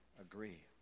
agree